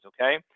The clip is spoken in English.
okay